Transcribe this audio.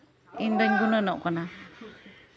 ᱤᱧᱫᱚᱧ ᱜᱩᱱᱟᱹᱱᱚᱜ ᱠᱟᱱᱟ